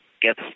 get